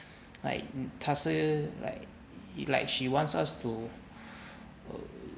like 他是 like she wants us to err